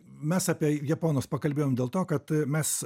mes apie japonus pakalbėjom dėl to kad mes